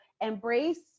embrace